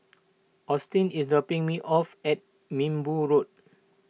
Austin is dropping me off at Minbu Road